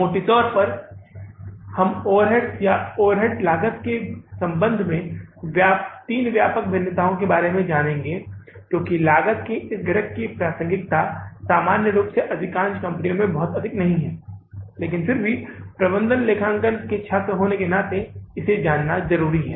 मोटे तौर पर हम ओवरहेड्स या ओवरहेड लागत के संबंध में तीन व्यापक भिन्नताओं के बारे में जानेंगे क्योंकि लागत के इस घटक की प्रासंगिकता सामान्य रूप से अधिकांश कंपनियों में बहुत अधिक नहीं है लेकिन फिर भी प्रबंधन लेखांकन का छात्र होने के नाते इसे जानना जरुरी है